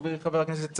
חברי חבר הכנסת סער,